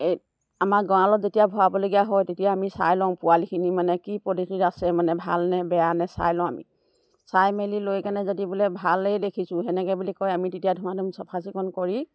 এই আমাৰ গাঁঁৱালত যেতিয়া ভৰাবলগীয়া হয় তেতিয়া আমি চাই লওঁ পোৱালিখিনি মানে কি পদ্ধতিত আছে মানে ভাল নে বেয়া নে চাই লওঁ আমি চাই মেলি লৈ কেনে যদি বোলে ভালেই দেখিছোঁ সেনেকৈ বুলি কয় আমি তেতিয়া ধুমাধুম চফাচিকুণ কৰি